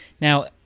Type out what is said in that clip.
Now